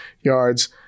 yards